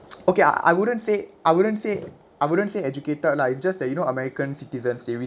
okay I wouldn't say I wouldn't say I wouldn't say educated lah it's just that you know american citizens they